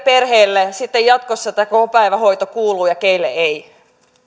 perheille sitten jatkossa tämä päivähoito kuuluu ja keille ei